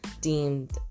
deemed